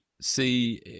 see